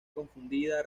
confundida